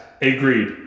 Agreed